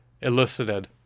elicited